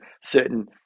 certain